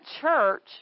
church